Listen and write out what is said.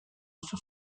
oso